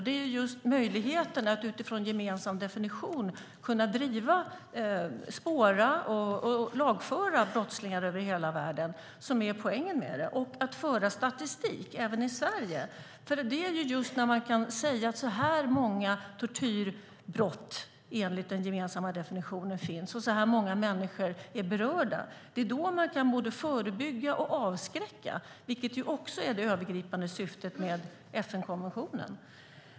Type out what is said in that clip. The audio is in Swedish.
Det är just möjligheten att utifrån en gemensam definition driva, spåra och lagföra brottslingar över hela världen som är poängen med det och att föra statistik även i Sverige. Det är just när man kan säga att så här många tortyrbrott finns, enligt den gemensamma definitionen, och att så här många människor är berörda som man kan både förebygga och avskräcka, vilket också är det övergripande syftet med FN-konventionen.